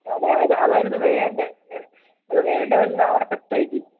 അതാ അതാ അതായിരുന്നു വേണ്ടത് വേണ്ടതെല്ലാം അവിടെ സെറ്റ് ആക്കി